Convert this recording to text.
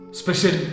special